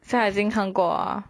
所以他已经看过 liao ah